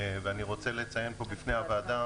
ואני רוצה לציין בפני הוועדה